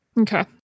Okay